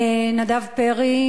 נדב איל?